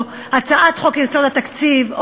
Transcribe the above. הצעת חוק-יסוד: תקציב המדינה,